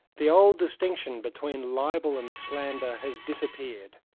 the old distinction between libel and slander has disappeared.